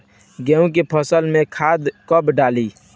गेहूं के फसल में खाद कब डाली?